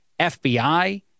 FBI